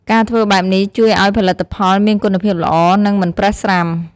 ការធ្វើបែបនេះជួយឱ្យផលិតផលមានគុណភាពល្អ និងមិនប្រេះស្រាំ។